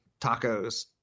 tacos